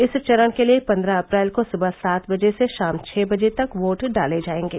इस चरण के लिये पन्द्रह अप्रैल को सुबह सात बजे से शाम छह बजे तक वोट डाले जायेंगे